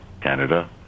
Canada